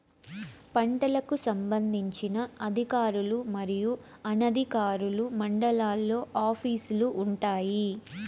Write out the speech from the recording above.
పంటలకు సంబంధించిన అధికారులు మరియు అనధికారులు మండలాల్లో ఆఫీస్ లు వుంటాయి?